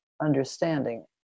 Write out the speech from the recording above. understanding